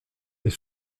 est